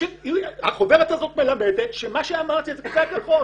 החוברת הזאת מלמדת שמה שאמרתי זה קצה הקרחון.